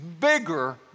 bigger